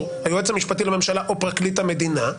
היועץ המשפטי לממשלה או פרקליט המדינה,